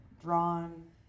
drawn